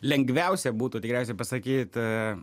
lengviausia būtų tikriausiai pasakyt